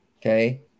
okay